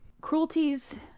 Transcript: Cruelties